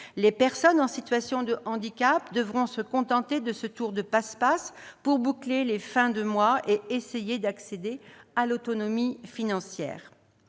les personnes en situation de handicap devront se contenter de ce tour de passe-passe pour boucler les fins de mois et essayer d'accéder à l'autonomie financière.